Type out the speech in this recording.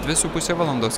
dvi su puse valandos